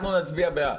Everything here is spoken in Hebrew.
אנחנו נצביע בעד.